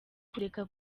kureka